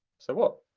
so what?